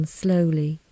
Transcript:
slowly